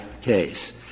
case